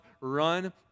run